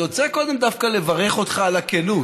אני רוצה קודם דווקא לברך אותך על הכנות,